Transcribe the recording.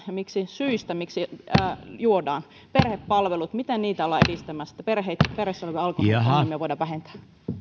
ja syistä miksi juodaan perhepalvelut miten niitä ollaan edistämässä että perheissä olevia alkoholiongelmia voidaan vähentää